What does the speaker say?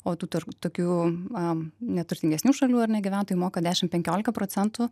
o tų tar tokių am neturtingesnių šalių ar ne gyventojų moka dešimt penkiolika procentų